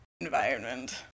environment